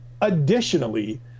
Additionally